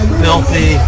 filthy